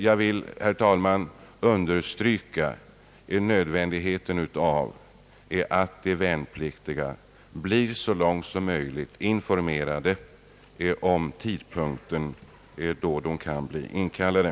Jag vill, herr talman, understryka nödvändigheten av att de värnpliktiga blir så långt som möjligt informerade om tidpunkten då de kan vänta inkallelse.